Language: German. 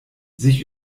sich